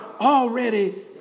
already